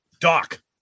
Doc